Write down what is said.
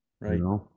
right